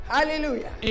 Hallelujah